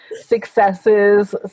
successes